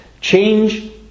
change